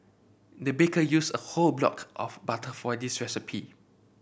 the baker used a whole block of butter for this recipe